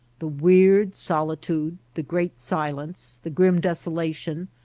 the weird solitude, the great silence, the grim desolation,